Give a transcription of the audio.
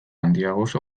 handiagoz